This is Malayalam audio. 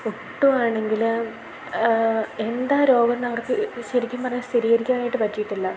ഒട്ടും ആണെങ്കിൽ എന്താ രോഗം വന്നവർക്ക് ശെരിക്കും പറഞ്ഞാൽ സ്ഥിരീകരിക്കാൻ ആയിട്ട് പറ്റിയിട്ടില്ല